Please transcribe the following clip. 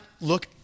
look